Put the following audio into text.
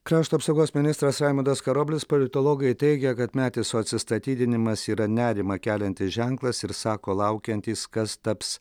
krašto apsaugos ministras raimundas karoblis politologai teigia kad metiso atsistatydinimas yra nerimą keliantis ženklas ir sako laukiantys kas taps